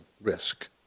risk